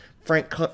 Frank